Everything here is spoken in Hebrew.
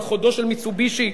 על חודו של "מיצובישי".